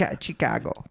Chicago